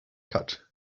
cut